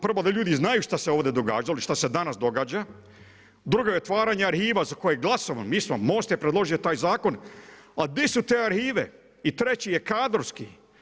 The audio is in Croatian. Prvo, da ljudi znaju šta se ovdje događalo i šta se danas događa, drugo je otvaranje arhiva za koje je glasovano, MOST je predložio taj zakon, a di su te arhive, i treći je kadrovski.